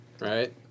Right